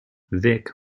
vic